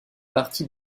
partie